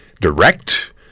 direct